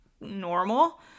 normal